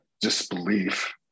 disbelief